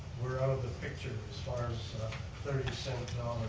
we're out of the picture as far as thirty cent